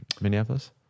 Minneapolis